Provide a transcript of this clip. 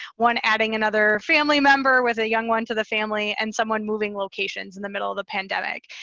one adding another family member with a young one to the family and someone moving locations in the middle of the pandemic.